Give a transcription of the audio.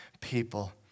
people